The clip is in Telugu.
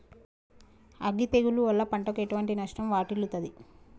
అగ్గి తెగులు వల్ల పంటకు ఎటువంటి నష్టం వాటిల్లుతది?